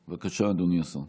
בבקשה, אדוני השר.